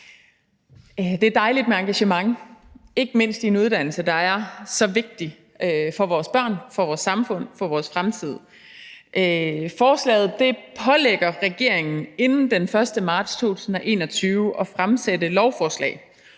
Det er dejligt med engagement, ikke mindst i en uddannelse, der er så vigtig for vores børn, for vores samfund og for vores fremtid. Forslaget pålægger regeringen inden den 1. marts 2021 at fremsætte lovforslag